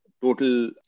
total